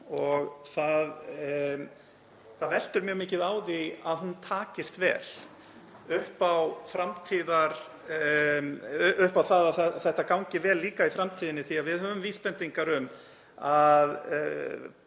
og það veltur mjög mikið á því að hún takist vel upp og að þetta gangi vel líka í framtíðinni því að við höfum vísbendingar um að